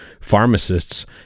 Pharmacists